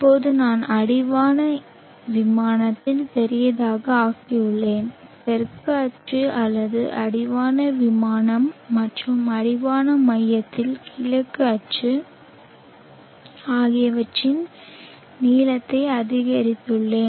இப்போது நான் அடிவான விமானத்தை பெரிதாக ஆக்கியுள்ளேன் தெற்கு அச்சு அல்லது அடிவான விமானம் மற்றும் அடிவான விமானத்தில் கிழக்கு அச்சு ஆகியவற்றின் நீளத்தை அதிகரித்துள்ளேன்